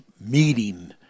meeting